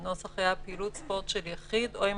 הנוסח היה "פעילות ספורט של יחיד או עם